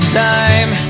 time